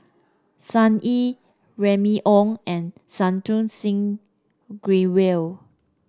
Sun Yee Remy Ong and Santokh Singh Grewal